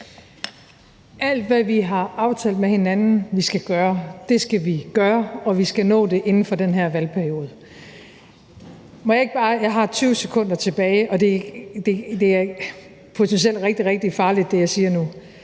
Alt, hvad vi har aftalt med hinanden vi skal gøre, skal vi gøre, og vi skal nå det inden for den her valgperiode. Jeg har 20 sekunder tilbage, og det, jeg siger nu,